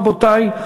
רבותי.